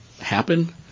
happen